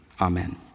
Amen